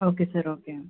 okay sir okay